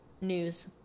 news